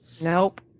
Nope